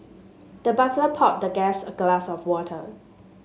the butler poured the guest a glass of water